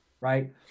right